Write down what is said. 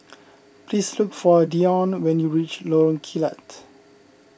please look for Deion when you reach Lorong Kilat